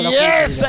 yes